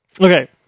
Okay